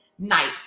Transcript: night